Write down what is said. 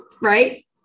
right